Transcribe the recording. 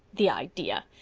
the idea!